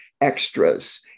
extras